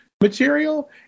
Material